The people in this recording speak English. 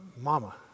Mama